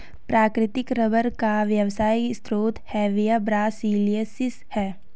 प्राकृतिक रबर का व्यावसायिक स्रोत हेविया ब्रासिलिएन्सिस है